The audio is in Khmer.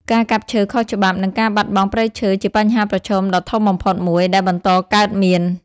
ការកាប់ឈើខុសច្បាប់ និងការបាត់បង់ព្រៃឈើជាបញ្ហាប្រឈមដ៏ធំបំផុតមួយ ដែលបន្តកើតមាន។